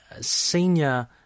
Senior